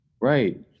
Right